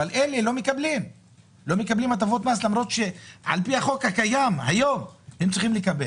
אלה לא מקבלים הטבות מס למרות שעל פי החוק הקיים היום הם צריכים לקבל.